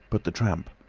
but the tramp.